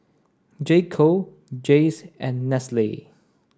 J Co Jays and Nestle